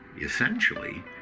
essentially